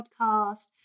podcast